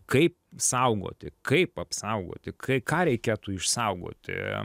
kaip saugoti kaip apsaugoti kai ką reikėtų išsaugoti